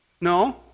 No